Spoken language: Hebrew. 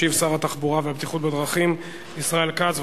ישיב שר התחבורה והבטיחות בדרכים ישראל כץ.